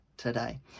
Today